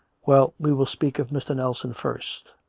well, we will speak of mr. nelson first.